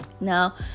Now